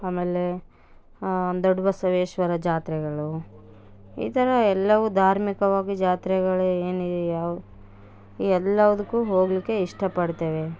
ಆಮೇಲೆ ದೊಡ್ಡಬಸವೇಶ್ವರ ಜಾತ್ರೆಗಳು ಈ ಥರ ಎಲ್ಲವು ಧಾರ್ಮಿಕವಾಗಿ ಜಾತ್ರೆಗಳು ಏನು ಯವು ಎಲ್ಲಾದಕ್ಕು ಹೋಗ್ಲಿಕ್ಕೆ ಇಷ್ಟಪಡ್ತೇವೆ